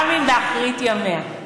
גם אם באחרית ימיה.